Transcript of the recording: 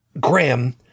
Graham